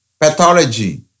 Pathology